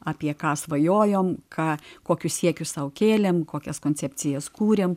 apie ką svajojom ką kokius siekius sau kėlėm kokias koncepcijas kūrėm